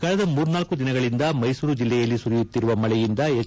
ಕಳೆದ ಮೂರ್ನಾಲ್ಲು ದಿನಗಳಿಂದ ಮೈಸೂರು ಜಿಲ್ಲೆಯಲ್ಲಿ ಸುರಿಯುತ್ತಿರುವ ಮಳೆಯಿಂದ ಹೆಚ್